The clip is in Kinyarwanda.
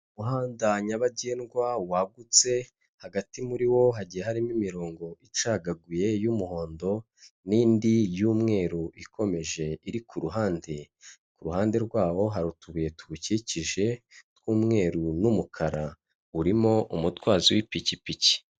Mu muhanda nyabagendwa wagutse, hagati muri wo hagiye harimo imirongo icagaguye y'umuhondo n'indi y'umweru ikomeje iri ku ruhande. Ku ruhande rwabo hari utubuye tuwukikije tw'umweru n'umukara, urimo umutwazi w'ipikipiki.